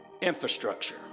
infrastructure